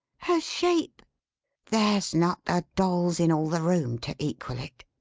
her shape there's not a doll's in all the room to equal it,